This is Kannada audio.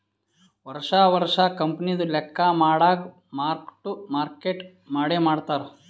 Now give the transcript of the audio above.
ವರ್ಷಾ ವರ್ಷಾ ಕಂಪನಿದು ಲೆಕ್ಕಾ ಮಾಡಾಗ್ ಮಾರ್ಕ್ ಟು ಮಾರ್ಕೇಟ್ ಮಾಡೆ ಮಾಡ್ತಾರ್